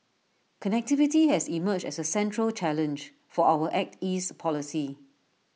connectivity has emerged as A central challenge for our act east policy